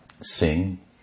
sing